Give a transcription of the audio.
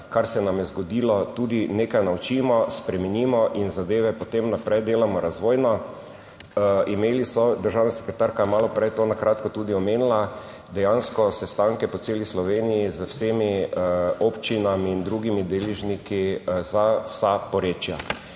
kar se nam je zgodilo, tudi nekaj naučimo, spremenimo in zadeve potem naprej delamo razvojno. Imeli so, državna sekretarka je malo prej to na kratko tudi omenila, dejansko sestanke po celi Sloveniji z vsemi občinami in drugimi deležniki, za vsa porečja,